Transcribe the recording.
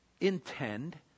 intend